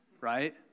right